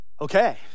Okay